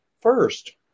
first